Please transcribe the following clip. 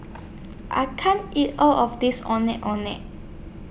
I can't eat All of This Ondeh Ondeh